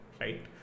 right